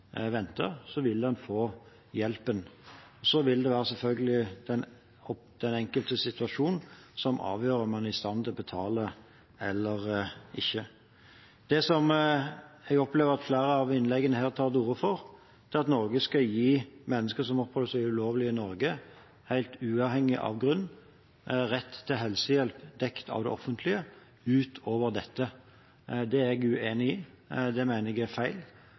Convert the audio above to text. vil en få hjelpen. Så vil det selvfølgelig være den enkeltes situasjon som avgjør om man er i stand til å betale eller ikke. Det som jeg opplever at flere i sine innlegg her tar til orde for, er at Norge skal gi mennesker som oppholder seg ulovlig i Norge, helt uavhengig av grunn, rett til helsehjelp dekket av det offentlige utover dette. Det er jeg uenig i. Det mener jeg er feil,